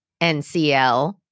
NCL